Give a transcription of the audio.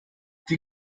die